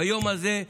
ביום הזה,